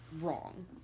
wrong